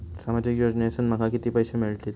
सामाजिक योजनेसून माका किती पैशे मिळतीत?